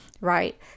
right